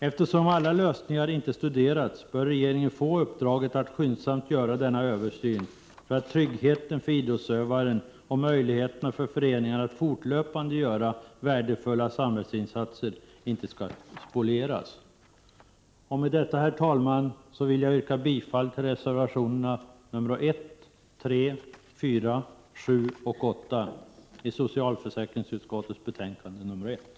Eftersom alla lösningar inte har studerats bör regeringen få uppdraget att skyndsamt göra denna översyn för att tryggheten för idrottsutövaren och möjligheterna för föreningen att fortlöpande göra värdefulla samhällsinsatser inte skall spolieras. Med detta, herr talman, vill jag yrka bifall till reservation nr 1,3, 4,7 och 8i socialförsäkringsutskottets betänkande nr 1.